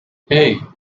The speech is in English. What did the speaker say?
hey